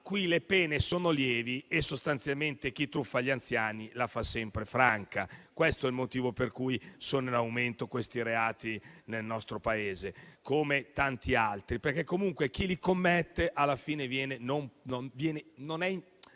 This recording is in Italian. le pene sono lievi e sostanzialmente chi truffa gli anziani la fa sempre franca. Questo è il motivo per cui sono in aumento questi reati nel nostro Paese, come tanti altri, perché comunque chi li commette alla fine non viene